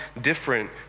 different